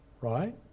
right